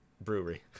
Brewery